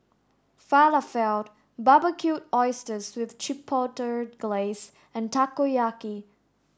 Falafel Barbecued Oysters with Chipotle Glaze and Takoyaki